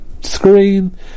screen